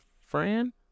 Fran